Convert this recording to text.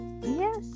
yes